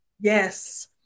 Yes